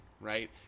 right